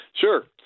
Sure